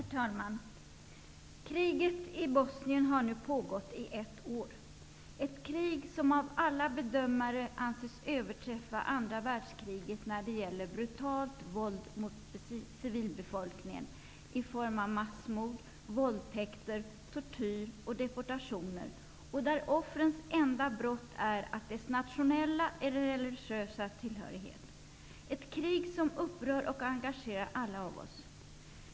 Herr talman! Kriget i Bosnien har nu pågått i ett år. Det är ett krig som av alla bedömare anses överträffa andra världskriget när det gäller brutalt våld mot civilbefolkningen i form av massmord, våldtäkter, tortyr och deportationer och där offrens enda brott är deras nationella eller religiösa tillhörighet. Det är ett krig som upprör och engagerar oss alla.